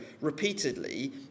repeatedly